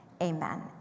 amen